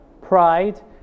pride